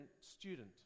student